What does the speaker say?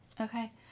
Okay